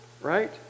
right